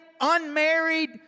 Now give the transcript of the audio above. unmarried